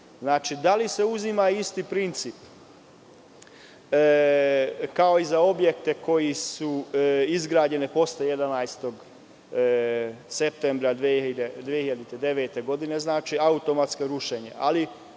zahtev. Da li se uzima isti princip kao i za objekte koji su izgrađeni posle 11. septembra 2009. godine, znači automatsko rušenje?